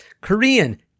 Korean